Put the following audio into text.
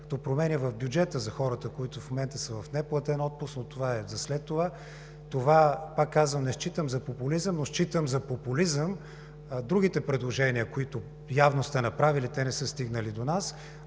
като промени в бюджета за хората, които в момента са в неплатен отпуск. Това, повтарям, не считам за популизъм, но считам за популизъм другите предложения, които явно сте направили – те не са стигнали до нас,